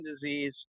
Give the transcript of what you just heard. disease